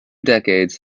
decades